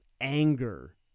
anger